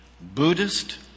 Buddhist